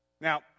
Now